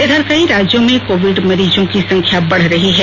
इधर कई राज्यों में कोविड मरीजों की संख्या बढ रही है